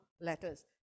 letters